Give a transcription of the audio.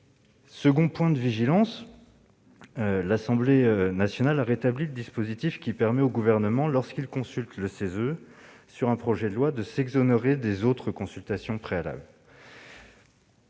Second point de vigilance : l'Assemblée nationale a rétabli le dispositif qui permet au Gouvernement, lorsqu'il consulte le CESE sur un projet de loi, de s'exonérer des autres consultations préalables.